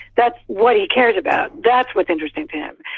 that's what he cares about. that's what's interesting to him,